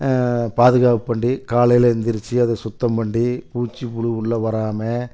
பாதுகாப்பு பண்ணி காலையில் எந்துரிச்சு அதை சுத்தம் பண்ணி பூச்சி புழு உள்ளே வராமல்